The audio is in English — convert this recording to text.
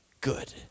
good